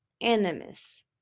Animus